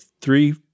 three